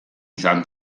izan